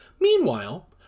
Meanwhile